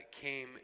came